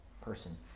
person